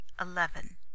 eleven